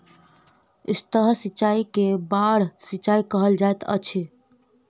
सतह सिचाई के बाढ़ सिचाई कहल जाइत अछि